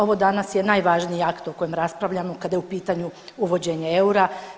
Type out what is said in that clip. Ovo danas je najvažniji akt o kojom raspravljamo kada je u pitanju uvođenje eura.